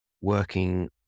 working